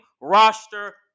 roster